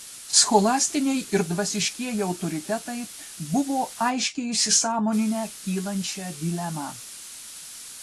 scholastiniai ir dvasiškieji autoritetai buvo aiškiai įsisąmoninę kylančią dilemą